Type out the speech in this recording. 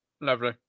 Lovely